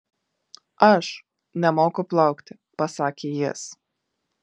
aš nemoku plaukti pasakė jis